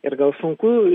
ir gal sunku